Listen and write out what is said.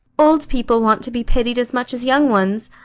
old people want to be pitied as much as young ones,